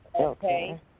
Okay